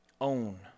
own